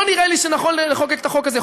לא נראה לי שנכון לחוקק את החוק הזה.